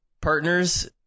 partners